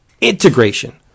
integration